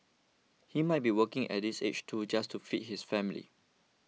he might be working at this age too just to feed his family